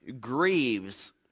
grieves